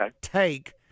take